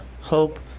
hope